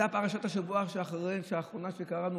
בפרשת השבוע האחרונה שקראנו,